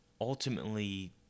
ultimately